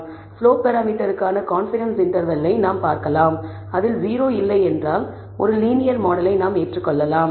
slope பராமீட்டரக்கான confidence இன்டர்வெல்லை நாம் பார்க்கலாம் அதில் 0 இல்லை என்றால் ஒரு லீனியர் மாடலை நாம் ஏற்றுக்கொள்ளலாம்